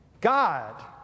God